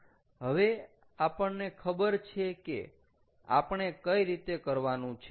હવે આપણને ખબર છે કે આપણે કઈ રીતે કરવાનું છે